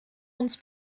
uns